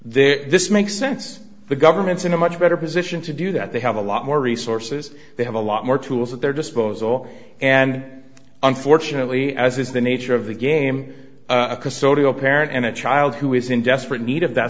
entitle this makes sense the government's in a much better position to do that they have a lot more resources they have a lot more tools at their disposal and unfortunately as is the nature of the game a custodial parent and a child who is in desperate need of that